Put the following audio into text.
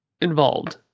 involved